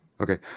Okay